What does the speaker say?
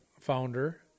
founder